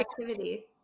activity